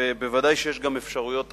ובוודאי יש גם אפשרויות אחרות,